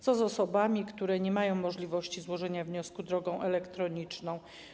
Co z osobami, które nie mają możliwości złożenia wniosku drogą elektroniczną?